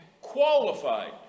qualified